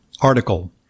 article